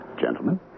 gentlemen